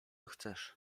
chcesz